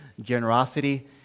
generosity